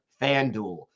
FanDuel